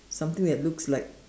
something that looks like